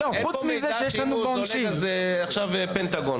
אז עכשיו פנטגון.